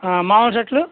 మాములు షర్ట్లు